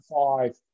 five